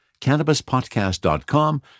CannabisPodcast.com